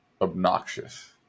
obnoxious